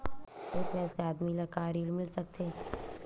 एक वयस्क आदमी ल का ऋण मिल सकथे?